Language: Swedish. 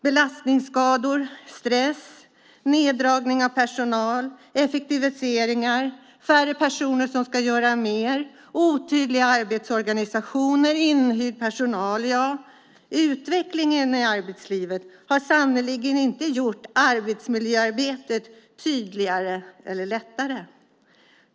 Belastningsskador, stress, neddragning av personal, effektiviseringar - färre personer ska göra mer - otydlig arbetsorganisation, inhyrd personal, ja, utvecklingen i arbetslivet har sannerligen inte gjort arbetsmiljöarbetet tydligare eller lättare.